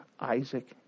Isaac